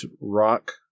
rock